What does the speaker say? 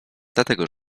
dlatego